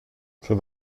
für